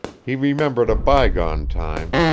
he remembered a bygone time,